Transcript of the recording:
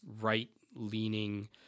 right-leaning